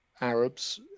Arabs